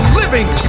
living